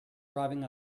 driving